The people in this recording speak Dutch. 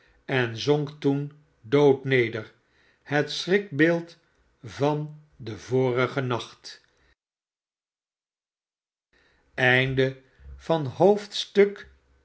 en zonk toen dood neder r het schrikm den vorigen nacht